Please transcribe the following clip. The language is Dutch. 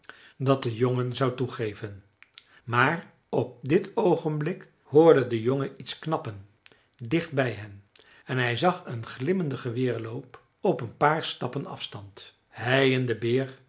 dat de jongen zou toegeven maar op dit oogenblik hoorde de jongen iets knappen dicht bij hen en hij zag een glimmenden geweerloop op een paar stappen afstand hij en de beer